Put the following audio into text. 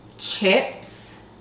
chips